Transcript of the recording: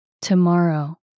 tomorrow